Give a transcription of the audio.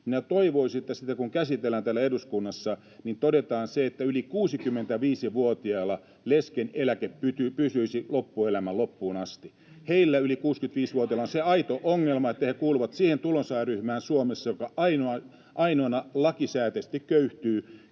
Minä toivoisin, että kun sitä käsitellään täällä eduskunnassa, niin todetaan se, että yli 65-vuotiailla leskeneläke pysyisi loppuelämän, loppuun asti. Heillä, yli 65-vuotiailla, [Timo Heinosen välihuuto] on se aito ongelma, että he kuuluvat siihen tulonsaajaryhmään Suomessa, joka ainoana lakisääteisesti köyhtyy